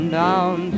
down